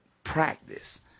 practice